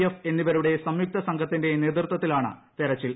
F എന്നിവരുടെ സംയുക്ത സംഘത്തിന്റെ നേതൃത്വത്തിലാണ തെരച്ചിൽ